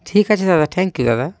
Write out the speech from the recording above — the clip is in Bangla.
ঠিক আছে দাদা থ্যাংক ইউ দাদা